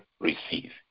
receive